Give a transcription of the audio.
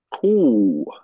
cool